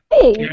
Hey